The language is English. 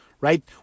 right